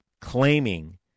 claiming